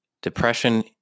Depression